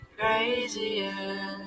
crazier